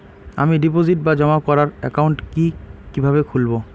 আমি ডিপোজিট বা জমা করার একাউন্ট কি কিভাবে খুলবো?